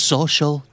Social